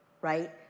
right